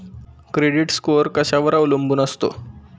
Credit score कशावर अवलंबून असतो?